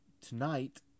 tonight